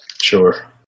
Sure